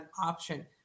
option